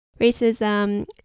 racism